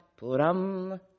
puram